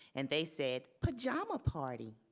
and they said, pajama party,